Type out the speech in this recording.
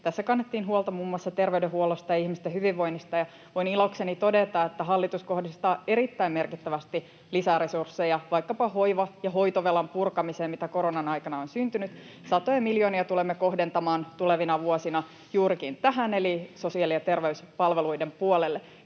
Tässä kannettiin huolta muun muassa terveydenhuollosta ja ihmisten hyvinvoinnista, ja voin ilokseni todeta, että hallitus kohdistaa erittäin merkittävästi lisää resursseja vaikkapa hoiva- ja hoitovelan purkamiseen, mitä koronan aikana on syntynyt. Satoja miljoonia tulemme kohdentamaan tulevina vuosina juurikin tähän eli sosiaali- ja terveyspalveluiden puolelle.